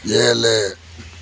ஏழு